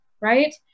right